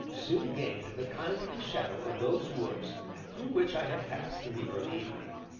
soon gained the kindly shadow of those woods through which i had passed in the early evening.